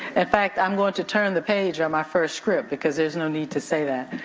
in fact, i'm going to turn the page on my first script because there's no need to say that.